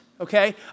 okay